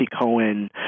Cohen